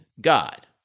God